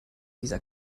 dieser